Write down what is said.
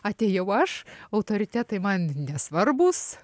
atėjau aš autoritetai man nesvarbūs